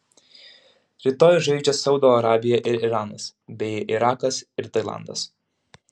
rytoj žaidžia saudo arabija ir iranas bei irakas ir tailandas